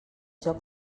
joc